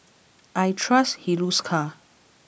I trust Hiruscar